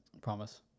Promise